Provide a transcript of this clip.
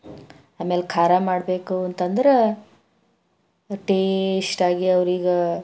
ಆಮೇಲೆ ಖಾರ ಮಾಡಬೇಕು ಅಂತಂದ್ರೆ ಟೇಸ್ಟ್ ಆಗಿ ಅವ್ರಿಗೆ